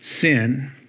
sin